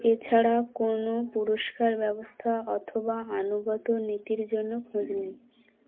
এছাড়া কোনো পুরস্কার ব্যবস্থা অথবা আনুগত নীতির জন্য খোঁজ নি